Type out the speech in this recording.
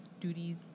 Duties